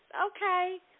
Okay